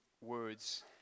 words